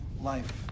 life